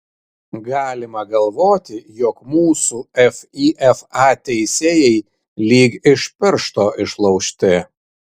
galima galvoti jog mūsų fifa teisėjai lyg ir iš piršto išlaužti